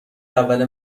اول